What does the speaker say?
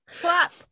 clap